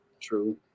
true